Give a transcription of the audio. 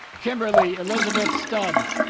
kimberly elizabeth stubbs